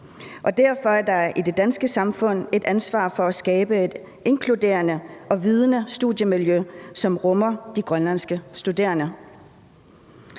Derfor har man i det danske samfund et ansvar for at skabe et inkluderende og vidende studiemiljø, som rummer de grønlandske studerende.